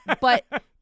but-